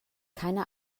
keine